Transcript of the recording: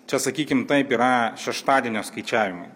čia sakykim taip yra šeštadienio skaičiavimai